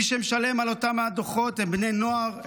מי שמשלם על אותם הדוחות הם בני נוער,